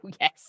yes